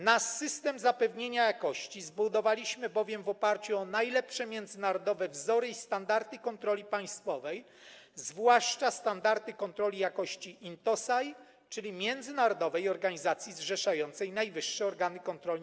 Nasz system zapewnienia jakości zbudowaliśmy bowiem w oparciu o najlepsze międzynarodowe wzory i standardy kontroli państwowej, zwłaszcza standardy kontroli jakości INTOSAI, czyli Międzynarodowej Organizacji Najwyższych Organów Kontroli.